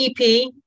EP